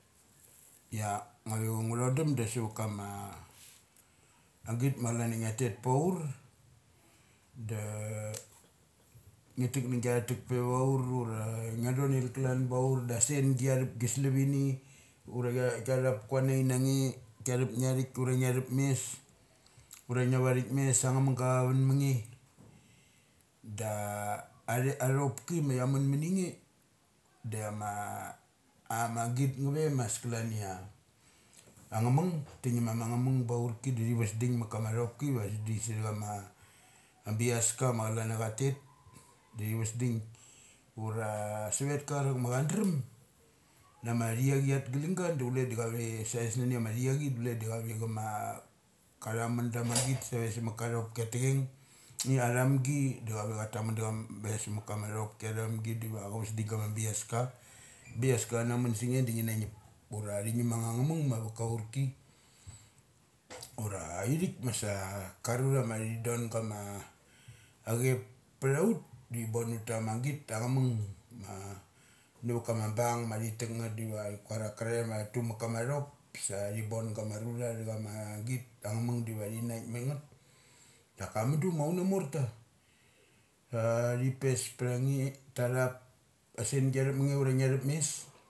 Ia ngua ve ngu tho dum da savat kama agit ma calan ia ngia ter paur da ngi tek na gia tek peva ur ura ngia donei kian ba ur da a sengi chia thep gi salavini ura chia thup kuaniai na nge. Kia thup ngia thik ura ngia thup mes ura ngia vathik mes angngamungga cha vun mange. Da athe, athopki ma chia mun mani nge dema ama git nga ve mas kalania angngamug ngur ama nga mung baur ki da thi vas ding ma kama thopki va tha dik stha chama a bias ka ma clan ia cha tet da thi vas ding ura savet ka chanak ma chan drem na ma thi achi at galingga do cule di cha ve sae sani chama thi achi do chule da cha ve chama ka tha mun na ma git save sa ma ka thopki athacheng, ia thumgi da chave cha tumnun da cha am bes ma kama thopki athamgi athamgi diva cha vas ding ma kama bi aska. Biaska chana mun sange da ngi na ngip. Ura thi ngum angnga chamung ma va kaurki. Ura ithik masa arura ma thi don gama achep ptha ut, da thi bon ut ta ma git acha mung ma nava kama bung ma thi tek ngeth diva thi kuar karathe mtha tu ma ka ma thop sa thi bon gama rura tha cha ma git. Angngamung diva thi naik ma ngeth. Da ka mudu ma una morta tha thi pes ptha nge ta thup asengi chia tup ma nge ura ngia thup mes.